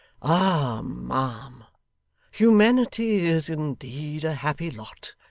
ah, ma'am humanity is indeed a happy lot,